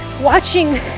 watching